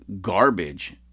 garbage